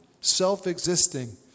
self-existing